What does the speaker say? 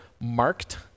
Marked